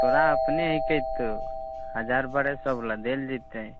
तोरा अपने हइ कऽ तऽ हजार बारह सए बला देल जेतै